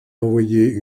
envoyer